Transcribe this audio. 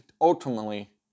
ultimately